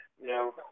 No